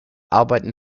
arbeiten